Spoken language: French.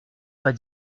pas